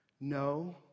No